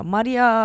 Maria